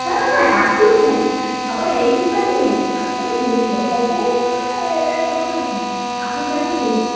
ନାଁ ନାଁ ନାଁ କାଟିବେ କାଇଁକି ଆପଣ ଏଇଥିରୁ କାଟି ଦିଅନ୍ତୁ ଚାରିଶହରେ ହେଇଯିବ ହେବନି ଗୋଟା ଏଇଟା କଥା ଅଛି ନା ଆପଣ ଚାହିଁଲେ ହେଇଯିବ